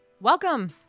Welcome